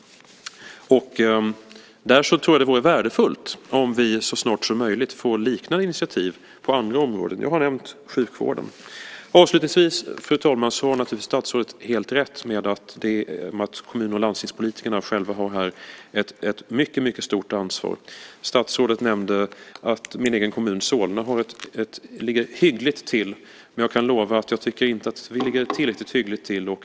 Jag tror att det vore värdefullt om vi så snart som möjligt fick liknande initiativ på andra områden. Jag har nämnt sjukvården. Avslutningsvis, fru talman, har statsrådet naturligtvis helt rätt i att kommun och landstingspolitikerna själva här har ett mycket stort ansvar. Statsrådet nämnde att min egen kommun Solna ligger hyggligt till. Jag kan dock lova att jag inte tycker att vi ligger tillräckligt hyggligt till.